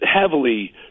Heavily